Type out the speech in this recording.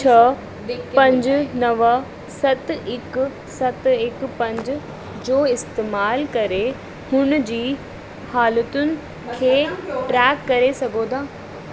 छह पंज नव सत हिकु सत हिक पंज जो इस्तेमाल करे हुन जी हालतुनि खे ट्रैक करे सघो था